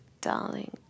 darling